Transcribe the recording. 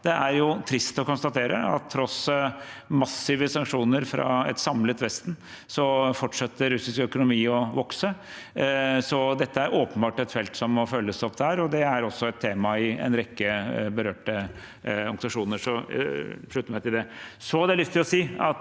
Det er trist å konstatere at tross massive sanksjoner fra et samlet Vesten fortsetter russisk økonomi å vokse. Dette er åpenbart et felt som må følges opp. Dette er også et tema i en rekke berørte organisasjoner.